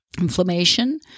inflammation